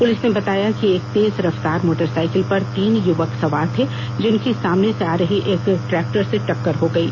police ने बताया कि एक तेज रफ्तार मोटरसाइकल पर तीन युवक सवार थे जिनकी सामने से आ रहे एक ट्रैक्टर से टक्कर हो गयी